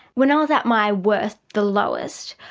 when i was at my worst, the lowest,